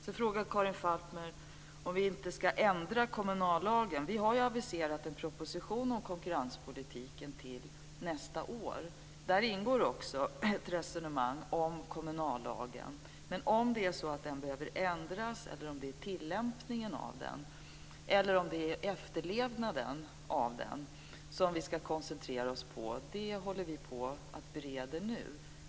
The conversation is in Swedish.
Sedan frågar Karin Falkmer om vi inte ska ändra kommunallagen. Vi har aviserat en proposition om konkurrenspolitiken till nästa år. Där ingår också ett resonemang om kommunallagen. Om den behöver ändras eller om det är tillämpningen eller efterlevnaden av den som vi ska koncentrera oss på håller vi nu på att bereda.